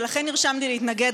ולכן נרשמתי להתנגד,